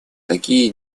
такие